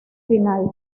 final